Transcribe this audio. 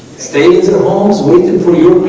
stated homes with and three